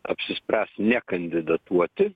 apsispręs nekandidatuoti